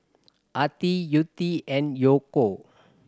Attie Yvette and Yaakov